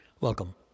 Welcome